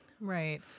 Right